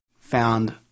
found